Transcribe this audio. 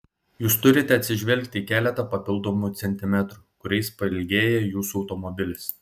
jūs turite atsižvelgti į keletą papildomų centimetrų kuriais pailgėja jūsų automobilis